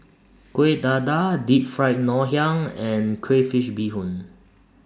Kueh Dadar Deep Fried Ngoh Hiang and Crayfish Beehoon